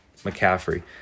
McCaffrey